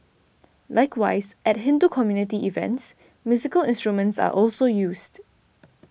likewise at Hindu community events musical instruments are also used